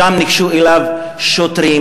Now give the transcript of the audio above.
שם ניגשו אליו שוטרים,